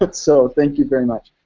but so thank you very much.